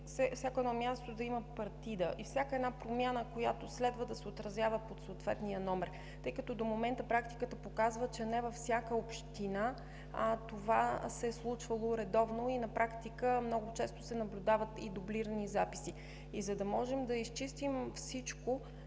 да може то да има партида и всяка една промяна, която следва, да се отразява под съответния номер, тъй като до момента практиката показва, че не във всяка община това се е случвало редовно и на практика много често се наблюдават и дублирани записи. За да можем да изчистим всичко,